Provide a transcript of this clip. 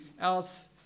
else